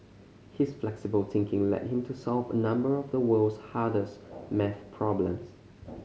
his flexible thinking led him to solve a number of the world's hardest maths problems